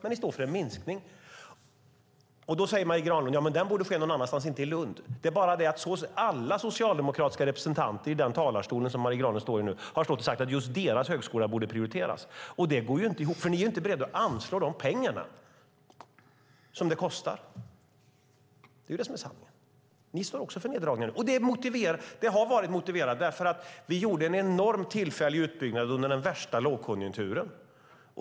Då säger Marie Granlund att minskningen borde ske någon annanstans, inte i Lund. Det är bara det att alla socialdemokratiska representanter som stått i den talarstol Marie Granlund nu står i har sagt att just deras högskola borde prioriteras. Det går inte ihop. Ni är inte beredda att anslå de pengar som det kostar. Det är det som är sanningen. Ni står också för neddragningar. De neddragningar som sker motiveras av att vi gjorde en enorm tillfällig utbyggnad under den värsta lågkonjunkturen.